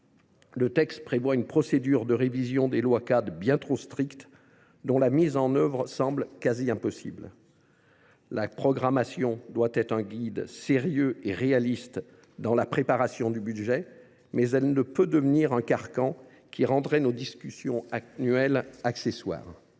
Le texte prévoit de plus une procédure de révision des lois cadres bien trop stricte, dont la mise en œuvre semble quasi impossible. Si la programmation doit être un guide sérieux et réaliste dans la préparation du budget, elle ne peut devenir un carcan qui rendrait nos discussions actuelles accessoires.